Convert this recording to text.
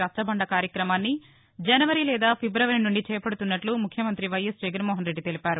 రచ్చబంద కార్యక్రమాన్ని జనవరి లేదా ఫిబ్రవరి నుండి చేపడుతున్నట్ల ముఖ్యమంతి వైఎస్ జగన్మోహన్ రెడ్డి తెలిపారు